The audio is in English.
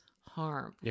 harm